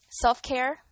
Self-care